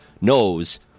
knows